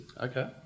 Okay